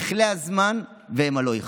יכלה הזמן והמה לא יכלו.